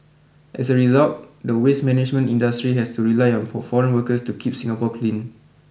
as a result the waste management industry has to rely on foreign workers to keep Singapore clean